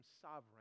sovereign